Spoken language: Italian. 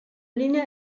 linea